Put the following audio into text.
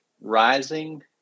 rising